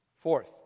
Fourth